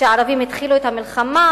שהערבים התחילו את המלחמה,